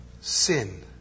sin